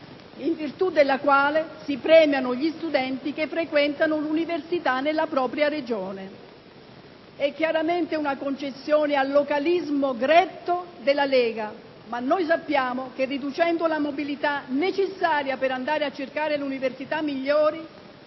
in virtù della quale si premiano gli studenti che frequentano l'università nella propria Regione. È chiaramente una concessione al localismo gretto della Lega, ma noi sappiamo che, riducendo la mobilità necessaria per andare a cercare le università migliori,